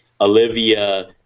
Olivia